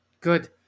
good